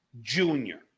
Junior